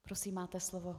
Prosím, máte slovo.